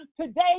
Today